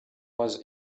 was